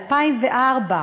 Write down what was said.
והערת נכון,